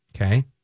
Okay